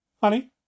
Honey